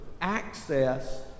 access